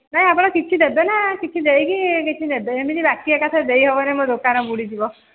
ନାଇଁ ଆପଣ କିଛି ଦେବେ ନା କିଛି ଦେଇକି କିଛି ନେବେ ଏମିତି ବାକି ଏକାଥରେ ଦେଇ ହେବନି ମୋ ଦୋକାନ ବୁଡ଼ିଯିବ